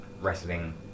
Wrestling